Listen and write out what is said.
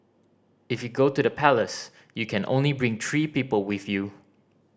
if you go to the palace you can only bring three people with you